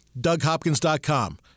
DougHopkins.com